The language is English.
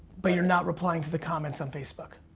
but you're not replying to the comments on facebook?